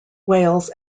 wales